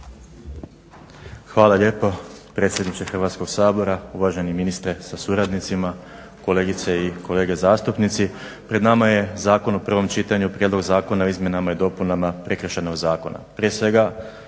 Hvala lijepo predsjedniče Hrvatskog sabora, uvaženi ministre sa suradnicima, kolegice i kolege zastupnici. Pred nama je zakon u prvom čitanju Prijedlog zakona o izmjenama i dopunama Prekršajnog zakona.